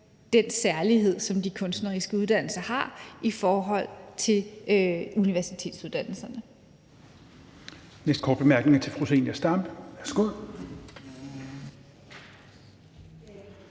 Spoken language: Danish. den særlighed, som de kunstneriske uddannelser har i forhold til universitetsuddannelserne.